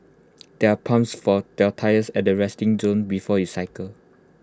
there are pumps for their tyres at the resting zone before you cycle